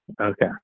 Okay